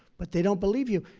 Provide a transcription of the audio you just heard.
but they don't believe you.